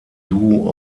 duo